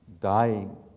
dying